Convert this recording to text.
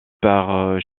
par